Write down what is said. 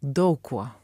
daug kuo